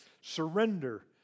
Surrender